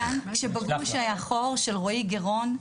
של רועי גירון.